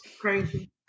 Crazy